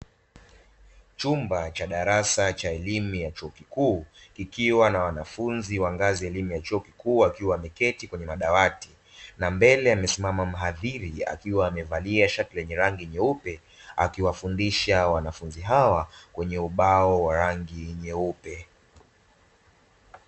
Chumba cha darasa cha elimu ya chuo kikuu kikiwa na wanafunzi wa ngazi ya elimu ya chuo kikuu wakiwa wameketi kwenye madawati, na mbele amesimama mhadhiri akiwa amevalia shati lenye rangi nyeupe akiwafundisha wanafunzi hawa kwenye ubao wa rangi nyeupe.